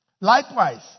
Likewise